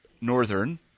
Northern